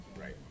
right